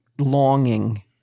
longing